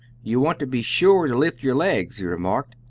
you want to be sure to lift yer legs, he remarked.